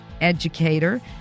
educator